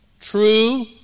True